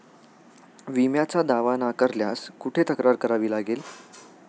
विम्याचा दावा नाकारल्यास कुठे तक्रार करावी लागेल?